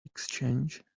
exchange